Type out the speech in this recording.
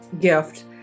gift